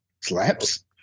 slaps